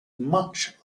much